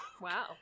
Wow